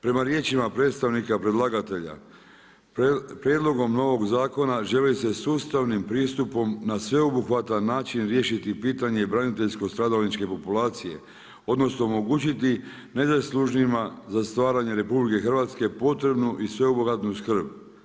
Prema riječima predstavnika predlagatelja, prijedlogom novog zakona želi se sustavnim pristupom na sveobuhvatan način riješiti pitanje braniteljsko-stradalničke populacije odnosno omogućiti najzaslužnijima za stvaranje RH potrebnu i sveobuhvatnu skrb.